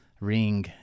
ring